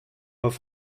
auf